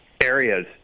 areas